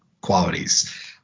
qualities